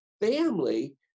family